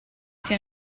sia